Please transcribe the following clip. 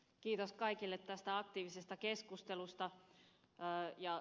kiitos kaikille tästä aktiivisesta keskustelusta